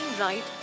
right